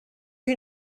you